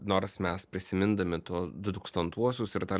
nors mes prisimindami tuo du tūkstantuosius ir tą